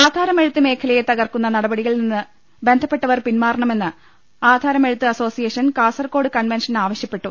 ആധാരമെഴുത്ത് മേഖലയെ തകർക്കുന്ന നടപടികളിൽ നിന്ന് ബന്ധപ്പെട്ടവർ പിന്മാറണമെന്ന് ആധാരമെഴുത്ത് അസോസിയേഷൻ കാസർകോട് കൺവെൻഷൻ ആവശ്യപ്പെട്ടു